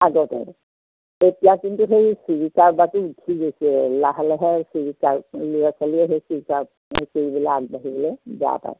আগতে এতিয়া কিন্তু সেই চুৰি কাৰবাৰটো উঠি গৈছে লাহে লাহে চুৰি কা ল'ৰা ছোৱালীয়ে সেই চুৰি কাৰবাৰটো কৰি পেলাই আগবাঢ়িবলৈ বেয়া পায়